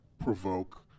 Provoke